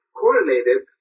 correlated